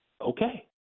Okay